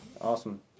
Awesome